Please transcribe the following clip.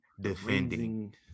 defending